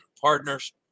partners